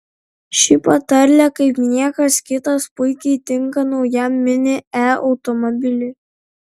ši patarlė kaip niekas kitas puikiai tinka naujam mini e automobiliui